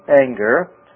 anger